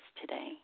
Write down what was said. today